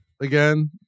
Again